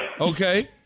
Okay